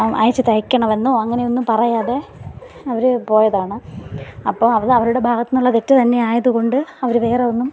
അഴിച്ച് തയ്ക്കണമെന്നോ അങ്ങനെയൊന്നും പറയാതെ അവർ പോയതാണ് അപ്പോൾ അതവരുടെ ഭാഗത്തുനിന്നുള്ള തെറ്റ് തന്നെ ആയതുകൊണ്ട് അവർ വേറെ ഒന്നും